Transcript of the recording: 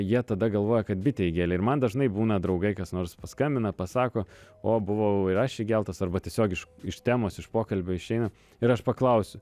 jie tada galvoja kad bitė įgėlė ir man dažnai būna draugai kas nors paskambina pasako o buvau ir aš įgeltas arba tiesiog iš iš temos iš pokalbio išeina ir aš paklausiu